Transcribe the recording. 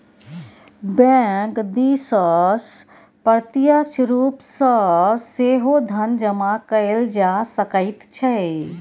bank दिससँ प्रत्यक्ष रूप सँ सेहो धन जमा कएल जा सकैत छै